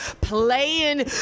playing